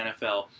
NFL